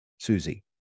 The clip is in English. Susie